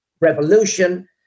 Revolution